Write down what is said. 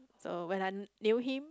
the when I knew him